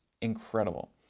incredible